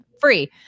free